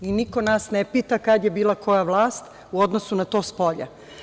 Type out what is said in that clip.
Niko nas ne pita kad je bila koja vlast u odnosu na to spolja.